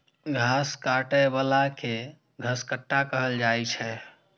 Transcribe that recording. घास काटै बला कें घसकट्टा कहल जाइ छै